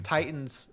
Titans